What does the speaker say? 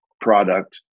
product